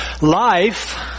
life